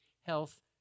health